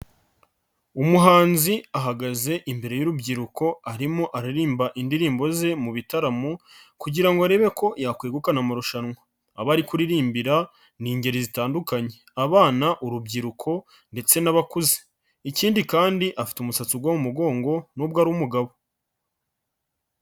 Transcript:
Umuhanzi ahagaze imbere y'urubyiruko arimo aririmba indirimbo ze mu bitaramo kugira ngo arebe ko yakwegukana amarushanwa, abo ari kuririmbira ni ingeri zitandukanye, abana, urubyiruko ndetse n'abakuze, ikindi kandi afite umusatsi ubnga mu mugongo n'ubwoubwo ari umugabo.